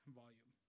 volume